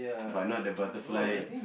but not the butterfly